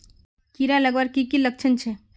कीड़ा लगवार की की लक्षण छे?